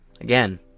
Again